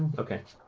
ok.